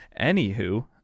anywho